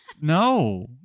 No